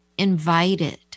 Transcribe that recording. invited